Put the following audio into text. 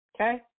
Okay